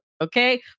Okay